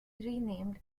renamed